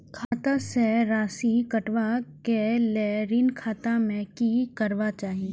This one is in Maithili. खाता स राशि कटवा कै लेल ऋण खाता में की करवा चाही?